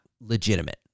legitimate